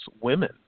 women